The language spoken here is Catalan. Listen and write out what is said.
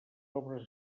obres